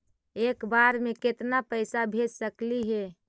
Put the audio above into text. एक बार मे केतना पैसा भेज सकली हे?